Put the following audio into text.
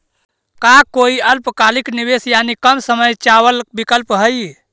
का कोई अल्पकालिक निवेश यानी कम समय चावल विकल्प हई?